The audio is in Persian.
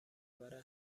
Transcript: برای